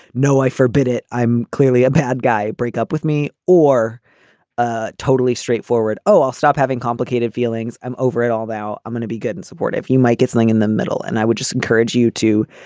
no, i forbid it. i'm clearly a bad guy. break up with me or ah totally straightforward. oh, i'll stop having complicated feelings. i'm over it all now. i'm going to be good and supportive. you might get something in the middle and i would just encourage you to